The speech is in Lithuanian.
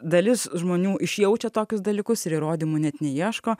dalis žmonių išjaučia tokius dalykus ir įrodymų net neieško